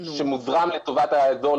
שמוזרם לטובת האזור,